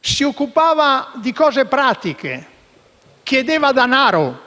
Si occupava di cose pratiche; chiedeva denaro